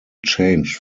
changed